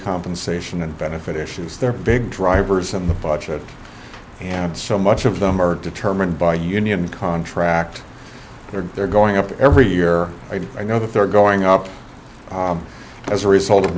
compensation and benefit issues there are big drivers in the budget and so much of them are determined by union contract or they're going up every year and i know that they're going up as a result of